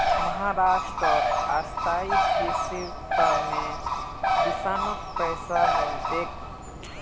महाराष्ट्रत स्थायी कृषिर त न किसानक पैसा मिल तेक